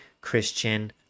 Christian